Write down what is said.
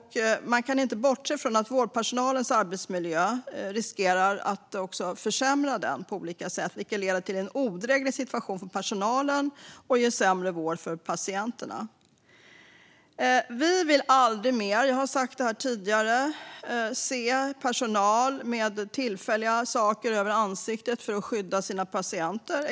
Att bortse från vårdpersonalens arbetsmiljö i hälso och sjukvårdslagen riskerar att också försämra den på olika sätt, vilket leder till en odräglig situation för personalen och ger sämre vård för patienterna. Vi vill aldrig mer - jag har sagt detta tidigare - se personal med tillfälliga saker över ansiktet för att skydda patienterna.